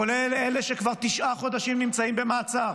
כולל אלה שכבר תשעה חודשים נמצאים במעצר